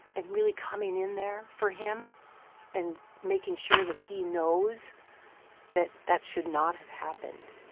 and really coming in there for him and making sure that he knows that that should not have happened.